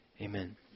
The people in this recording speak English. Amen